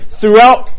throughout